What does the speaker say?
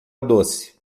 doce